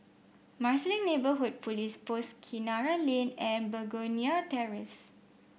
Marsiling Neighbourhood Police Post Kinara Lane and Begonia Terrace